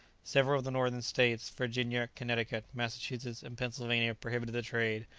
several of the northern states virginia, connecticut, massachusetts, and pennsylvania prohibited the trade,